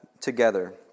together